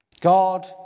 God